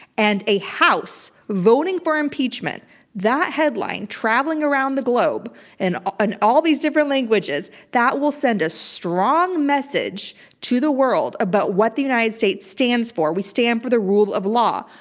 and a house voting for impeachment that headline, traveling around the globe in and all these different languages that will send a strong message to the world about what the united states stands for. we stand for the rule of law.